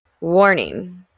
Warning